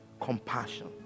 compassion